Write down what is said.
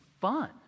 fun